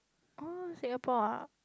oh Singapore ah